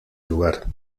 lugar